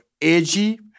edgy